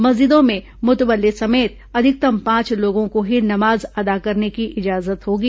मस्जिदों में मुतवल्ली समेत अधिकतम पांच लोगों को ही नमाज अदा करने की इजाजत होगी